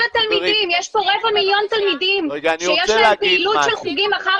יש פה רבע מיליון תלמידים שיש להם פעילות של חוגים אחר